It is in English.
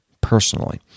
personally